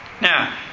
Now